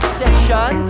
session